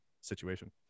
situation